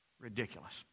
Ridiculous